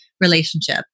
relationship